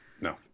No